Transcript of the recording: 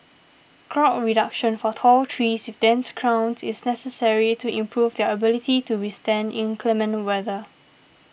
crown reduction for tall trees with dense crowns is necessary to improve their ability to withstand inclement weather